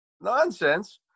Nonsense